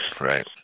right